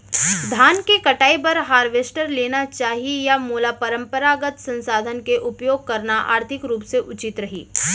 धान के कटाई बर हारवेस्टर लेना चाही या मोला परम्परागत संसाधन के उपयोग करना आर्थिक रूप से उचित रही?